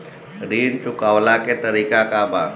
ऋण चुकव्ला के तरीका का बा?